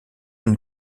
une